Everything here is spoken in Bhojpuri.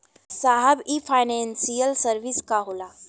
साहब इ फानेंसइयल सर्विस का होला?